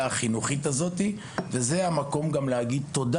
החינוכית הזו וזה המקום גם להגיד תודה,